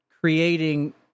creating